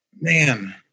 Man